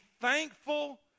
thankful